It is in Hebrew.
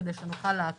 כדי שנוכל לעקוב?